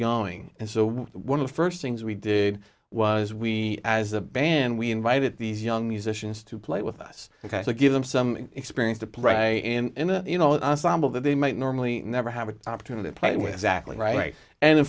going and so one of the first things we did was we as a band we invited these young musicians to play with us to give them some experience to pray and you know that they might normally never have an opportunity to play with zac right and in